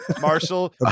Marshall